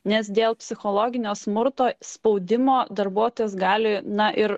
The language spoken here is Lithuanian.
nes dėl psichologinio smurto spaudimo darbuotojas gali na ir